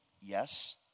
Yes